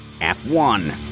F1